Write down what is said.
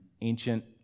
ancient